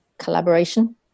collaboration